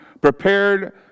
prepared